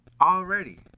Already